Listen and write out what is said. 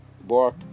bark